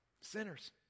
sinners